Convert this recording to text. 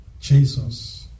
Jesus